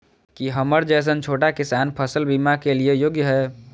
की हमर जैसन छोटा किसान फसल बीमा के लिये योग्य हय?